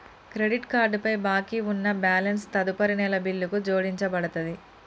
credit card పై బాకీ ఉన్న బ్యాలెన్స్ తదుపరి నెల బిల్లుకు జోడించబడతది